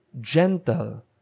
gentle